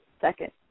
second